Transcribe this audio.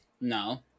No